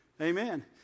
Amen